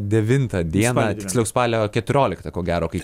devintą dieną tiksliau spalio keturioliktą ko gero kai